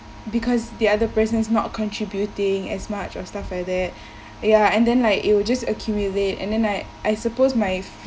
because the other person is not contributing as much or stuff like that ya and then like it will just accumulate and then like I suppose my